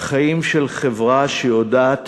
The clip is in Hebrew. חיים של חברה שיודעת